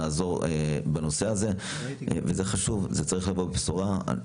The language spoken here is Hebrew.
נעזור בנושא הזה, זה חשוב, זה צריך לבוא בבשורה.